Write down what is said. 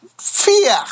fear